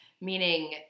meaning